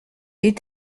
est